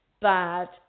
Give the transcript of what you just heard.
bad